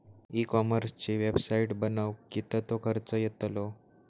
E कॉमर्सची website बनवक किततो खर्च येतलो?